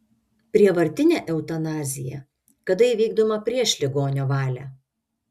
prievartinė eutanazija kada įvykdoma prieš ligonio valią